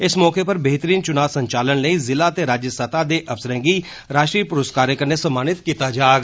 इस मौके पर बेहतरीन चुनाव संचालन लेई जिला ते राज्य सतह दे अफसरें गी राष्ट्री प्रुस्कारें कन्नै सम्मानित कीता जाग